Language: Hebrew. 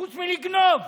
חוץ מלגנוב,